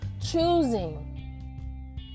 choosing